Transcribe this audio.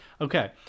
Okay